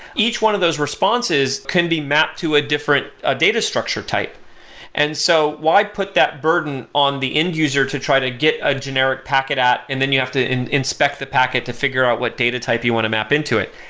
each one of those responses can be mapped to a different ah data structure type and so why put that burden on the end-user to try to get a generic packet at and then you have to inspect the packet to figure out what data type you want to map into it?